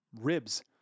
ribs